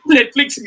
Netflix